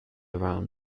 around